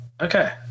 Okay